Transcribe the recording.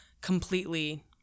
completely